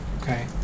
okay